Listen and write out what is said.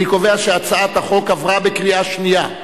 אני קובע שהצעת החוק עברה בקריאה שנייה.